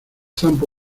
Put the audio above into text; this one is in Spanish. zampa